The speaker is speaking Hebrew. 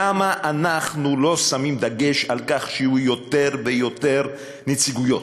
למה אנחנו לא שמים דגש על כך שיהיו יותר ויותר נציגויות,